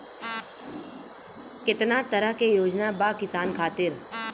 केतना तरह के योजना बा किसान खातिर?